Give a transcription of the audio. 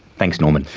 thanks norman.